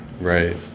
right